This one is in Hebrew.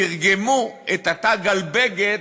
תרגמו את התג על בגד